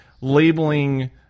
labeling